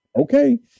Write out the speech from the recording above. okay